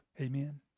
Amen